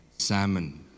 Salmon